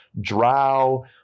Drow